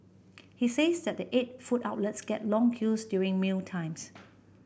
he says that the eight food outlets get long queues during mealtimes